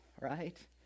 right